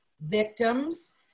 victims